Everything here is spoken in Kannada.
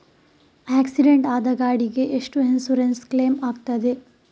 ಆಕ್ಸಿಡೆಂಟ್ ಆದ ಗಾಡಿಗೆ ಎಷ್ಟು ಇನ್ಸೂರೆನ್ಸ್ ಕ್ಲೇಮ್ ಆಗ್ತದೆ?